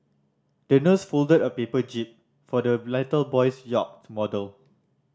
the nurse folded a paper jib for the little boy's yacht model